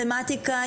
מתמטיקה,